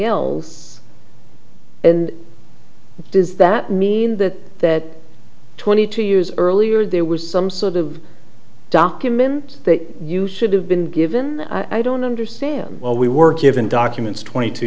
else and does that mean that that twenty two years earlier there was some sort of document that you should have been given i don't understand well we were given documents twenty two